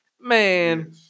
Man